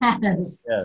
Yes